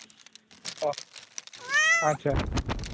ᱚᱻ ᱟᱪᱪᱷᱟ